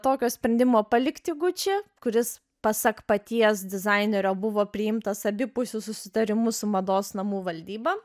tokio sprendimo palikti gucci kuris pasak paties dizainerio buvo priimtas abipusiu susitarimu su mados namų valdyba